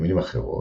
במילים אחרות,